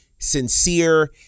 Sincere